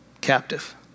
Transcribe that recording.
captive